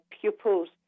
pupils